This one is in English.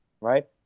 right